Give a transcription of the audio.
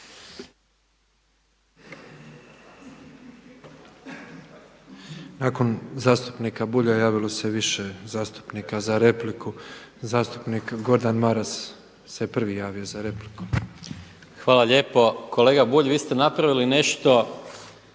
Nakon zastupnika Bulja javilo se više zastupnika za repliku. Zastupnik Gordan Maras se prvi javio za repliku. **Maras, Gordan (SDP)** Hvala lijepo. Kolega Bulj vi ste napravili nešto